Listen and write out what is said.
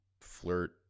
flirt